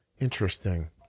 Interesting